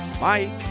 Mike